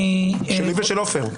שלי ושל עופר.